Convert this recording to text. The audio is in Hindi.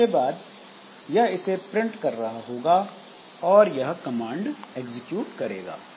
उसके बाद यह इसे प्रिंट कर रहा होगा और यह कमांड एग्जीक्यूट करेगा